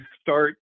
start